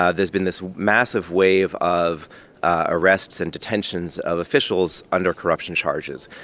ah there's been this massive wave of ah arrests and detentions of officials under corruption charges.